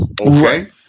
Okay